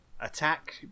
attack